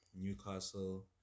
newcastle